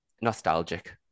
nostalgic